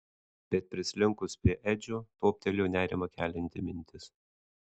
bet prislinkus prie edžio toptelėjo nerimą kelianti mintis